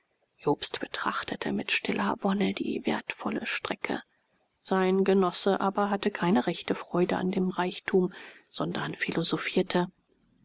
jobst betrachtete mit stiller wonne die wertvolle strecke sein genosse aber hatte keine rechte freude an dem reichtum sondern philosophierte